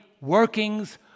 workings